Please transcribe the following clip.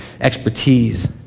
expertise